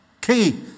key